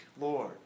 Lord